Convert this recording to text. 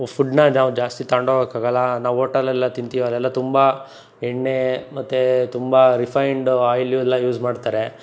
ಫುಡ್ನ ನಾವು ಜಾಸ್ತಿ ತಗೊಂಡೋಗಕಾಗಲ್ಲ ನಾವು ಹೋಟಲಲ್ಲೇ ತಿಂತೀವಿ ಅಲ್ಲೆಲ್ಲ ತುಂಬ ಎಣ್ಣೆ ಮತ್ತು ತುಂಬ ರಿಫೈಂಡು ಆಯ್ಲು ಎಲ್ಲ ಯೂಸ್ ಮಾಡ್ತಾರೆ